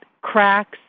cracks